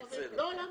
בסדר.